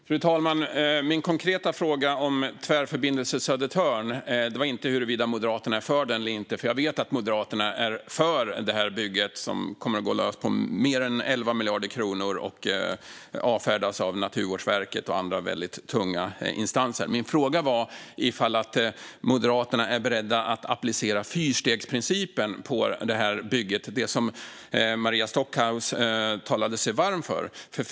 Fru talman! Min konkreta fråga om Tvärförbindelse Södertörn gällde inte huruvida Moderaterna är för den eller inte. Jag vet att Moderaterna är för det bygget, som kommer att gå löst på mer än 11 miljarder kronor och som avfärdas av Naturvårdsverket och andra tunga instanser. Min fråga var ifall Moderaterna är beredda att för det bygget applicera fyrstegsprincipen, som Maria Stockhaus talar sig varm för.